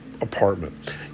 apartment